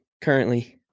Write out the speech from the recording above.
currently